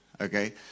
Okay